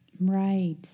Right